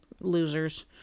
losers